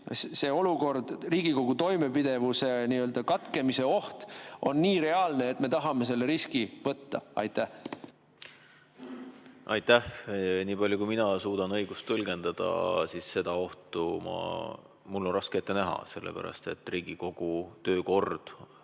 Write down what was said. see olukord – Riigikogu toimepidevuse katkemise oht – on nii reaalne, et me tahame selle riski võtta? Aitäh! Nii palju kui mina suudan õigust tõlgendada, siis seda ohtu mul on raske ette näha, sellepärast et Riigikogu töökord